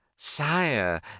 Sire